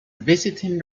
visiting